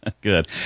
Good